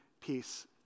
peace